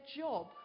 job